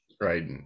Right